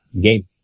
game